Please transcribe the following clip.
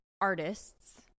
artists